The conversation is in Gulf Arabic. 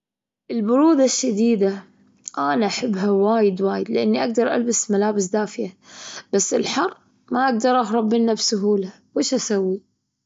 البرودة الشديدة، أنا أحبها وايد وايد لأني أجدر ألبس ملابس دافية، بس الحر ما أجدر أهرب منه بسهولة، ويش أسوي؟